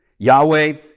Yahweh